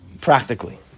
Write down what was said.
practically